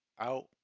out